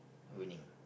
winning